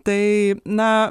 tai na